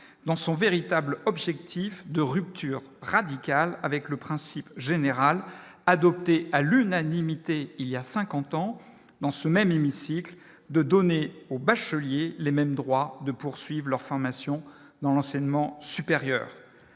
dans son véritable objectif de rupture radicale avec le principe général adopté à l'unanimité, il y a 50 ans dans ce même hémicycle de donner aux bacheliers, les mêmes droits de poursuivent leur formation dans l'enseignement supérieur,